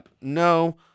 no